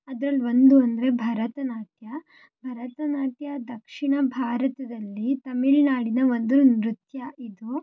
ಅದ್ರಲ್ಲಿ ಒಂದು ಅಂದರೆ ಭರತನಾಟ್ಯ ಭರತನಾಟ್ಯ ದಕ್ಷಿಣ ಭಾರತದಲ್ಲಿ ತಮಿಳ್ನಾಡಿನ ಒಂದು ನೃತ್ಯ ಇದು